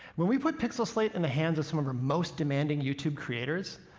when we put pixel slate in the hands of some of our most demanding youtube creators,